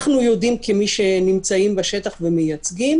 אנחנו יודעים, כמי שנמצאים בשטח ומייצגים